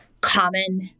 common